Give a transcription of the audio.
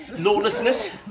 lawlessness,